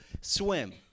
swim